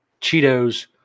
Cheetos